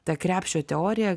tą krepšio teoriją